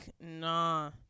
nah